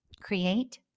create